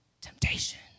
temptation